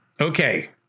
Okay